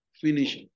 finish